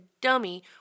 dummy